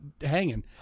hanging